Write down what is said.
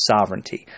sovereignty